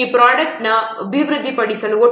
ಈ ಪ್ರೊಡಕ್ಟ್ನನ್ನು ಅಭಿವೃದ್ಧಿಪಡಿಸಲು ಒಟ್ಟು ವೆಚ್ಚವು 692